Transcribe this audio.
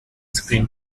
screen